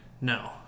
No